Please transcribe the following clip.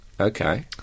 Okay